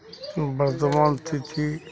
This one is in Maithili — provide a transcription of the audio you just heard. वर्तमान तिथि